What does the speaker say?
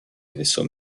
vaisseau